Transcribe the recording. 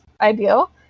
ideal